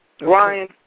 Ryan